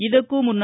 ಇದಕ್ಕೂ ಮುನ್ನ